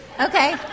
Okay